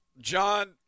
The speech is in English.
John